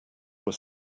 were